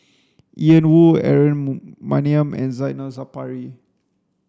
Ian Woo Aaron Maniam and Zainal Sapari